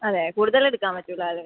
അതെ കൂടുതൽ എടുക്കാൻ പറ്റില്ല അല്ലെ